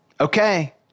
Okay